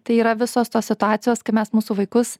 tai yra visos tos situacijos kai mes mūsų vaikus